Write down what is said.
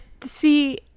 see